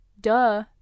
Duh